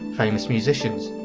famous musicians.